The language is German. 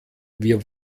wir